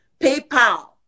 PayPal